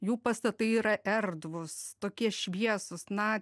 jų pastatai yra erdvūs tokie šviesūs na